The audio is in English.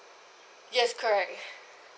yes correct